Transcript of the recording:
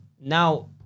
now